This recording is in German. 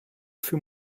für